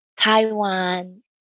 Taiwan